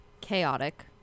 Chaotic